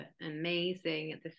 amazing